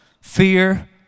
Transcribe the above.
Fear